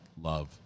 love